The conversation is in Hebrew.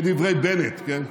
כדברי בנט, כן?